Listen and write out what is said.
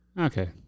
Okay